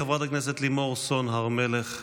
חברת הכנסת לימור סון הר מלך,